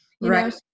right